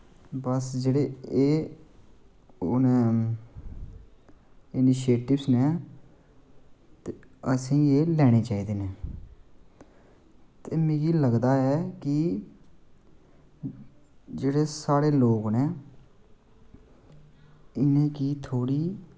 बस जेह्ड़े एह् हून इनीशेटिव्स न ते असेंगी एह् लैने चाहिदे न ते मिगी लगदा ऐ की जेह्ड़े साढ़े लोग न इ'नें गी थोह्ड़ी